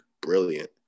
brilliant